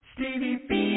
Stevie